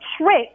trick